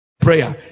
Prayer